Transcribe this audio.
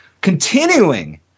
continuing